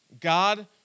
God